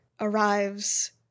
arrives